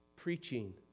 Preaching